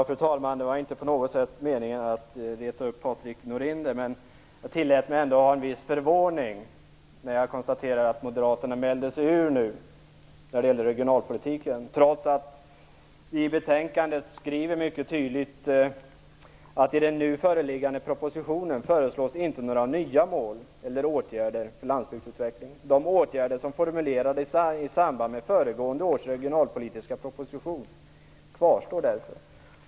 Fru talman! Det var inte på något sätt meningen att reta upp Patrik Norinder, men jag tillåter mig ändå en viss förvåning när jag konstaterar att Moderaterna mäler sig ur när det gäller regionalpolitiken, trots att man i betänkandet skriver följande mycket tydligt: I den nu föreliggande propositionen föreslås inte några nya mål eller åtgärder för landsbygdsutvecklingen. De åtgärder som formulerades i samband med föregående års regionalpolitiska proposition kvarstår därför.